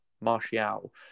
Martial